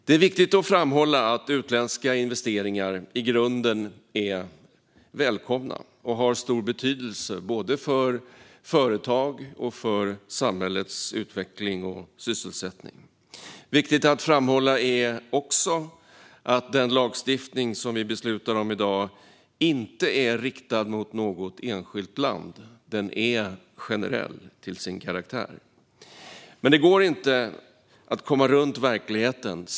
Det är viktigt att framhålla att utländska investeringar i grunden är välkomna och har stor betydelse både för företag och för samhällets utveckling och sysselsättning. Det är också viktigt att framhålla att den lagstiftning som vi beslutar om i dag inte är riktad mot något enskilt land. Den är generell till sin karaktär. Men det går inte att komma runt verkligheten.